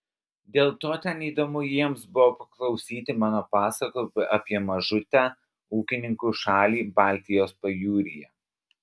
dėl to ten įdomu jiems buvo paklausyti mano pasakojimų apie mažutę ūkininkų šalį baltijos pajūryje